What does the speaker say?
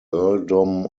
earldom